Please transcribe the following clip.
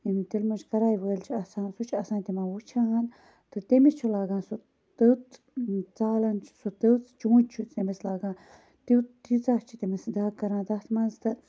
یِم تِل مۄنٛج کَڑاے وٲلۍ چھِ آسان سُہ چھُ آسان تِمَن وٕچھان تہٕ تٔمِس چھُ لَگان سُہ تٔژ ژالَن چھِ سۄ تٔژ چونٛچہِ چھُ تٔمِس لَگان تیُت تیٖژاہ چھِ تٔمِس دگ کَران تتھ مَنٛز تہٕ